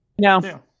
No